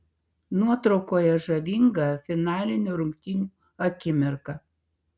nuotraukoje žavinga finalinių rungtynių akimirka